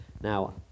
Now